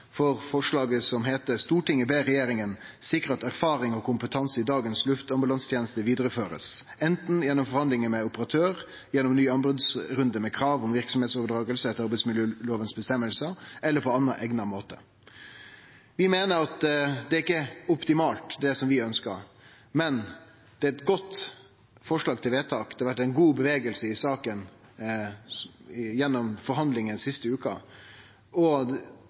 for forslaget, som lyder: «Stortinget ber regjeringen sikre at erfaring og kompetanse i dagens luftambulansetjeneste videreføres, enten gjennom forhandlinger med operatør, gjennom ny anbudsrunde med krav om virksomhetsoverdragelse etter arbeidsmiljølovens bestemmelser eller på annen egnet måte.» Vi meiner at det ikkje er optimalt, det som vi ønskjer, men det er eit godt forslag til vedtak. Det har vore ein god bevegelse i saka gjennom forhandlingar den siste veka, og